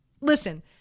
listen